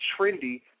trendy